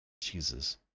Jesus